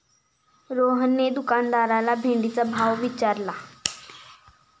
रोहनने दुकानदाराला भेंडीचा भाव विचारला